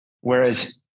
Whereas